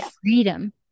freedom